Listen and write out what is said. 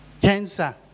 Cancer